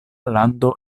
lando